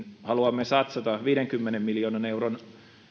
haluamme satsata viidenkymmenen miljoonan euron